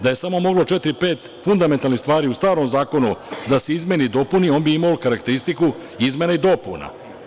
Da je samo moglo četiri, pet fundamentalnih stvari u starom zakonu da se izmeni i dopuni, on bi imao karakteristiku izmena i dopuna.